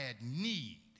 need